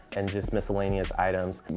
and just miscellaneous items.